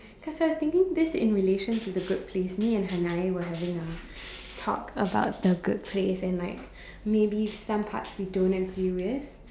cause I was thinking this in relation to the good place me and Hanae were having a talk about the good place and like maybe some parts we don't agree with